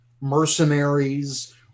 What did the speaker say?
mercenaries